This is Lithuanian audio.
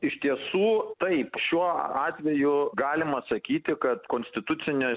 iš tiesų taip šiuo atveju galima sakyti kad konstitucinis